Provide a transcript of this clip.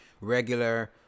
regular